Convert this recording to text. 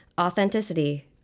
Authenticity